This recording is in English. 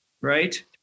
right